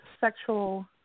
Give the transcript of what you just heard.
sexual